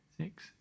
six